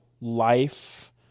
life